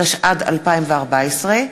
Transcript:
התשע"ד 2014,